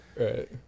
right